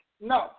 No